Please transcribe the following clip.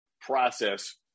process